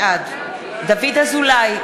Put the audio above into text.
בעד דוד אזולאי,